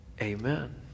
Amen